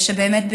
שבאמת,